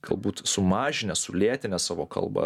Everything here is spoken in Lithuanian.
galbūt sumažinę sulėtinę savo kalbą